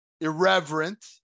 irreverent